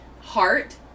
heart